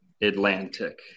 Atlantic